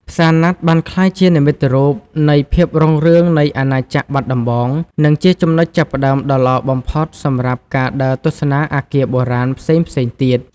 ផ្សារណាត់បានក្លាយជានិមិត្តរូបនៃភាពរុងរឿងនៃអាណាចក្របាត់ដំបង និងជាចំណុចចាប់ផ្តើមដ៏ល្អបំផុតសម្រាប់ការដើរទស្សនាអគារបុរាណផ្សេងៗទៀត។